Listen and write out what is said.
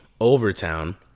Overtown